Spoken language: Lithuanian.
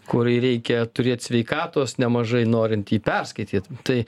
kur reikia turėti sveikatos nemažai norint perskaityti tai